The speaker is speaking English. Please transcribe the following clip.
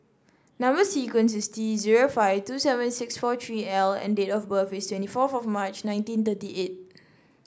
number sequence is T zero five two seven six four three L and date of birth is twenty four of March nineteen thirty eight